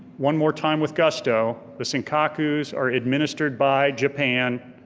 one more time with gusto, the senkakus are administered by japan,